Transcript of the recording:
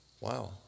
Wow